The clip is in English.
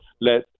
let